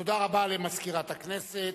תודה רבה למזכירת הכנסת.